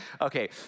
okay